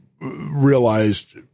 realized